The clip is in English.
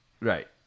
Right